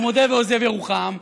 ומודה ועוזב ירוחם,